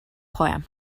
poem